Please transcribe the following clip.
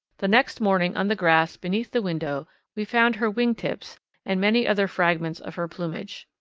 the next morning on the grass beneath the window we found her wing tips and many other fragments of her plumage.